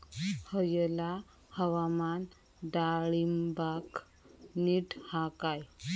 हयला हवामान डाळींबाक नीट हा काय?